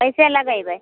कैसे लगेबै